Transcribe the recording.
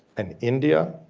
and india,